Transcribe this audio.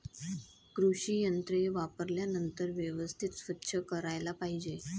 कृषी यंत्रे वापरल्यानंतर व्यवस्थित स्वच्छ करायला पाहिजे